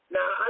Now